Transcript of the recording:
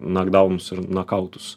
nokdaunus ir nokautus